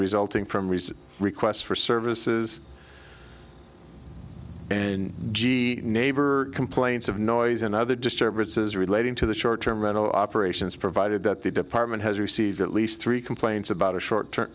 resulting from recent requests for services and g neighbor complaints of noise and other disturbances relating to the short term mental operations provided that the department has received at least three complaints about a short term